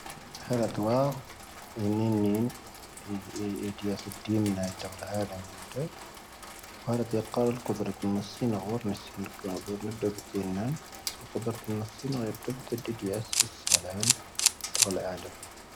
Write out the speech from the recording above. ʰⴰⴳ ʰⵓⵍ ⵏⵉoⵏ ⵏⵉoⵏ ʰⵉⵍ ʰⵜⵉⴰ ⵙ ⴷⵀⵉⴰ ʂ ⴷⵀⵉⴰ ʂ ʰⵉⵎⵏⴰ ʰⴻⵜⴰⴽ ʰⴰʰⴰⵍⴰⵎ ʤ éⵎⴷã. ʰⴰⵊ ʰⴰⴷ ʰⵉⴰ ʰⵇⴰ ʰⴰⵍ ʰⴳ ʰⴰⴷ ʰⴰⵉⵍ ʰⵉⵣ ʰ Pⴰⵜⵙⴻ ⵏ ⵡⴰ ⵡ̛ ʰⴰⵏ ʰⵉⵣ ʰⴰⴽ ʰⴰⵉ ʰⴰⵜ ʰⴰⵜ ʰⴰ ʰⴰⵜⴻ ʰⴰⵍ ʰⴻ ʰⴰⵜⴻ ʰⴰⵏ ʰⴰⵏ ʰⵉ ʰⴰ ʰⴰv ʰⴰ ʰⴰ ʰⴰ ʰⴰ ʰⴰ ʰⴰ ʰⴰʰ.